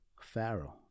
Pharaoh